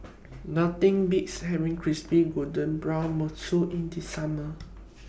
Nothing Beats having Crispy Golden Brown mantou in The Summer